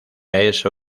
eso